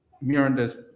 Miranda's